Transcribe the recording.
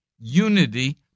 Unity